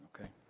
okay